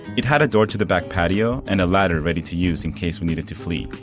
it had a door to the back patio and a ladder ready to use in case we needed to flee.